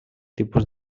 tipus